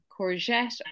courgette